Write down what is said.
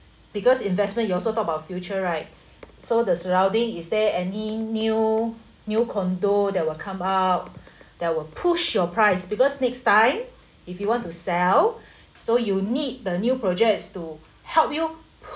because investment you also talk about future right so the surrounding is there any new new condo that will come up that will push your price because next time if you want to sell so you need the new projects to help you